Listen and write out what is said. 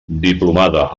diplomada